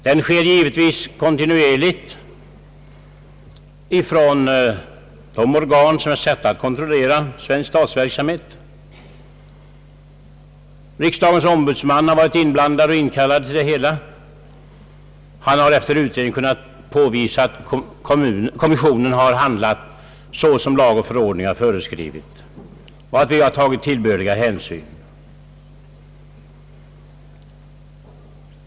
Den sker givetvis kontinuerligt från de organ som är satta att kontrollera svensk statsverksamhet. Riksdagens ombudsman har varit inkopplad. Han har efter utredning kunnat påvisa att kommissionen har handlat som lag och förordning föreskrivit och att vi har tagit tillbörlig hänsyn.